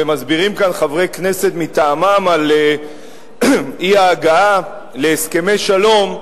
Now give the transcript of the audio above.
ומסבירים כאן חברי כנסת מטעמן על האי-הגעה להסכמי שלום,